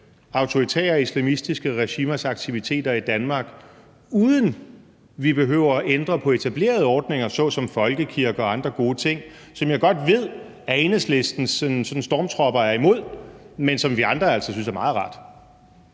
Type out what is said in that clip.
autoritære islamistiske regimers aktiviteter i Danmark, uden at vi behøver at ændre på etablerede ordninger såsom folkekirke og andre gode ting, som jeg godt ved at Enhedslistens stormtropper er imod, men som vi andre altså synes er meget rart.